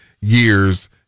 years